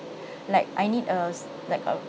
like I need a like a